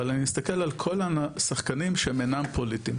אבל אני מסתכל על כל השחקנים שהם אינם פוליטיים,